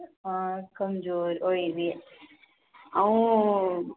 हां कमजोर होई गेदे अ'ऊं